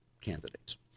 candidates